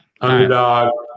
Underdog